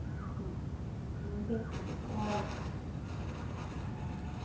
ᱱᱤᱭᱟᱹᱜᱮ ᱟᱨ